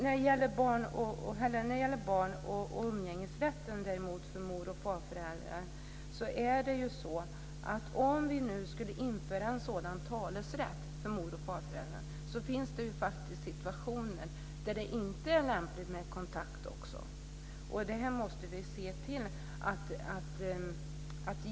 När det gäller umgängesrätten för mor och farföräldrar är det så att om vi nu skulle införa en talerätt för mor och farföräldrar finns det faktiskt också situationer där det inte är lämpligt med kontakt.